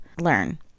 learn